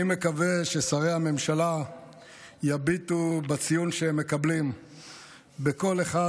אני מקווה ששרי הממשלה יביטו בציון שהם מקבלים בכל אחד